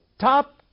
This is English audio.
top